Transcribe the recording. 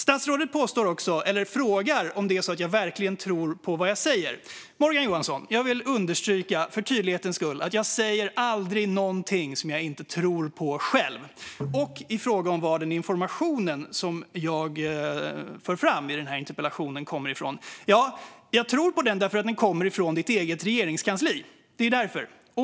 Statsrådet undrar om jag verkligen tror på vad jag säger. För tydlighets skull, Morgan Johansson, vill jag understryka att jag aldrig säger något som jag inte tror på själv. I fråga om varifrån den information som jag för fram i interpellationen kommer tror jag på den, för den kommer från ditt eget regeringskansli.